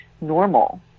normal